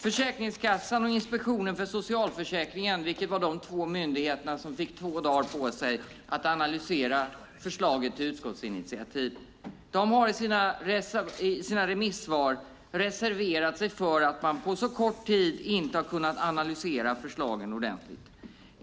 Försäkringskassan och Inspektionen för socialförsäkringen, vilka är de två myndigheter som fick två dagar på sig att analysera förslaget till utskottsinitiativ, har i sina remissvar reserverat sig för att man på så kort tid inte kunnat analysera förslagen ordentligt.